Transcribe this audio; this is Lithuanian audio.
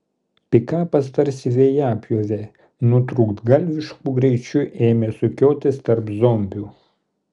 pikapas tarsi vejapjovė nutrūktgalvišku greičiu ėmė sukiotis tarp zombių